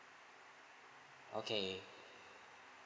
okay